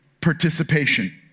participation